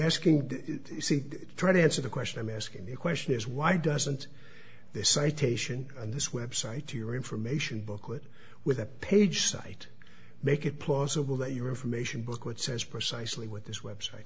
asking trying to answer the question i'm asking the question is why doesn't this citation on this website your information booklet with a page site make it plausible that your information booklets as precisely what this website